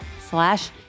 slash